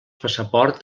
passaport